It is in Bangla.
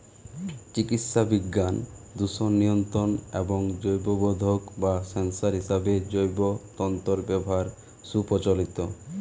চিকিৎসাবিজ্ঞান, দূষণ নিয়ন্ত্রণ এবং জৈববোধক বা সেন্সর হিসেবে জৈব তন্তুর ব্যবহার সুপ্রচলিত